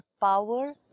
power